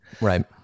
right